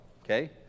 Okay